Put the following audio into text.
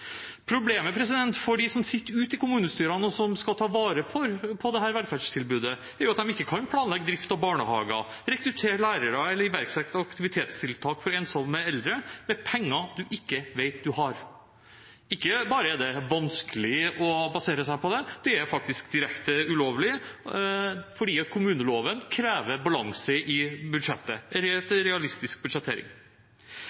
Problemet for dem som sitter ute i kommunestyrene, og som skal ta vare på dette velferdstilbudet, er at de ikke kan planlegge drift av barnehager, rekruttere lærere eller iverksette aktivitetstiltak for ensomme eldre, med penger du ikke vet du har. Ikke bare er det vanskelig å basere seg på det, det er faktisk direkte ulovlig, fordi kommuneloven krever balanse i budsjettet